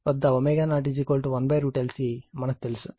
కాబట్టి 2π f01√L C